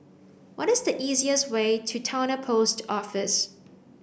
what is the easiest way to Towner Post Office